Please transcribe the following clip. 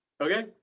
Okay